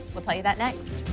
we'll tell you that, next.